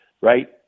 right